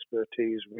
expertise